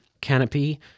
Canopy –